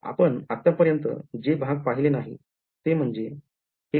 आपण आत्तापर्यन्त जे भाग पहिले नाहीत ते म्हणजे हे काय आहे आणि हे काय आहे